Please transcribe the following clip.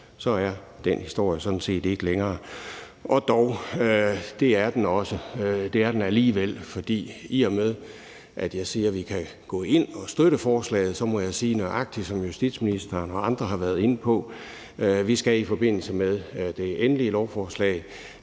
Så er den historie sådan set ikke længere. Og dog – det er den alligevel, for i og med at jeg siger, at vi kan støtte forslaget, må jeg sige, nøjagtig som justitsministeren og andre har været inde på, at vi i forbindelse med det endelige lovforslag